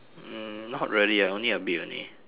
mm not really ah only a bit only